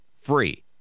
free